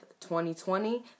2020